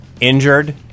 Injured